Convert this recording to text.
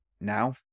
now